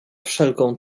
wszelką